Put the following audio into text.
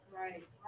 right